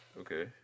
Okay